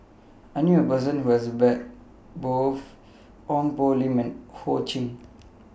I knew A Person Who has Met Both Ong Poh Lim and Ho Ching